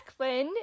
Declan